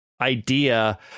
idea